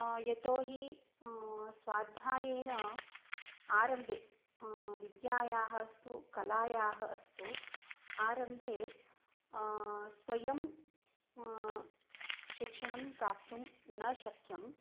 यतोहि स्वाध्यायेन आरम्भे विद्यायाः अस्तु कलायाः अस्तु आरम्भे स्वयं शिक्षणं प्राप्तुं न शक्यम्